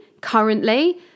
currently